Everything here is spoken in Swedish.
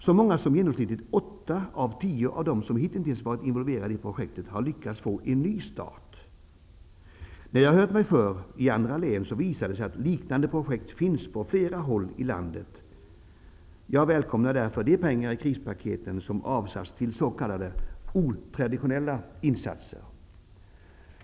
Så många som genomsnittligt åtta av tio av dem som hitintills varit involverade i projektet har lyckats få en ny start. Jag har hört mig för med andra län, och det visar sig att liknande projekt finns på flera håll i landet. Jag välkomnar därför de pengar som i krispaketen avsatts till s.k. otraditionella insatser.